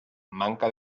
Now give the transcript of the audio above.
manca